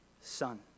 son